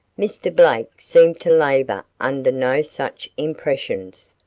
mr. blake seemed to labor under no such impressions.